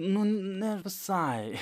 nu ne visai